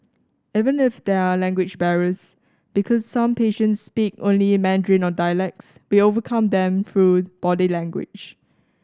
even if there are language barriers because some patients speak only Mandarin or dialects we overcome them through body language